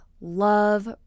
love